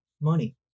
money